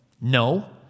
no